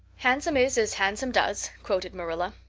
handsome is as handsome does, quoted marilla.